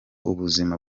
ubuzima